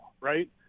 right